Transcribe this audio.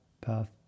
path